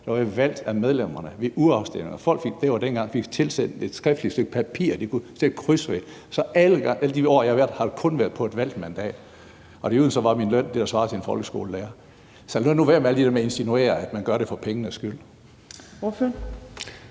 var jeg valgt af medlemmerne ved urafstemninger. Folk fik – det var dengang – tilsendt et stykke papir, hvor de skriftligt kunne sætte kryds. Så alle de år, jeg har været der, har det kun været på et valgt mandat, og i øvrigt var min løn det, der svarer til en folkeskolelærers, så lad nu være med alt det der med at insinuere, at man gør det for pengenes skyld.